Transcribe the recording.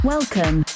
Welcome